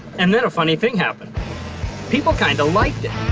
and then a funny thing happened people kind of liked it.